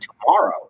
tomorrow